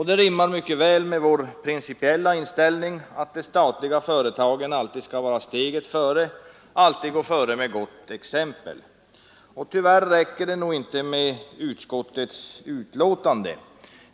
Det rimmar mycket väl med vår principiella inställning att de statliga företagen alltid skall vara steget före, alltid gå före med gott exempel. Tyvärr räcker det nog inte med utskottets uttalande.